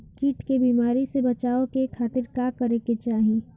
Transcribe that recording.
कीट के बीमारी से बचाव के खातिर का करे के चाही?